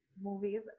movies